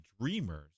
Dreamers